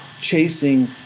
chasing